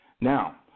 Now